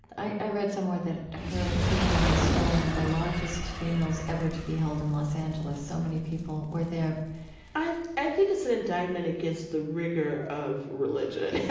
i i read somewhere that her funeral was still one of the largest funerals ever to be held in los angeles. so many people were there i i think it's an indictment against the rigor of religion,